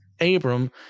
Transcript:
Abram